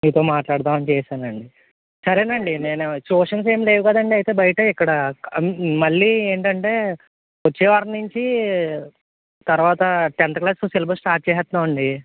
మీతో మాట్లాడదామని చేశానండి సరే అండి నేను ట్యూషన్స్ ఏమి లేవు కదండి అయితే బయట ఇక్కడ మళ్ళీ ఏంటంటే వచ్చే వారం నుంచి తర్వాత టెన్త్ క్లాస్కు సిలబస్ స్టార్ట్ చేస్తున్నాం అండి